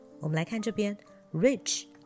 我们来看这边,rich